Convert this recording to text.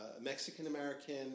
Mexican-American